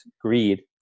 greed